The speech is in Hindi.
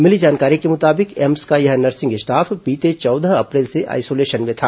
मिली जानकारी के मुताबिक एम्स का यह नर्सिंग स्टाफ बीते चौदह अप्रैल से आइसोलेशन में था